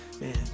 man